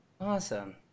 Awesome